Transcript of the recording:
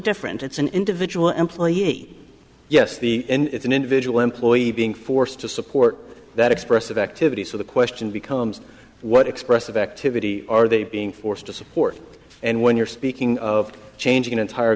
different it's an individual employee yes the and it's an individual employee being forced to support that expressive activity so the question becomes what expressive activity are they being forced to support and when you're speaking of changing entire